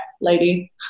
lady